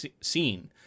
scene